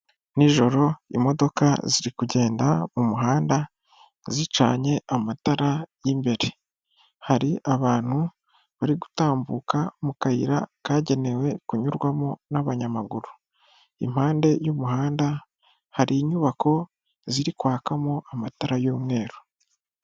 Nijoro imodoka ziri kugenda mu muhanda zicanye amatara y'imbere hari abantu bari gutambuka mu kayira kagenewe kunyurwamo n'abanyamaguru impande y'umuhanda hari inyubako ziri kwakamo amatara y'umweru.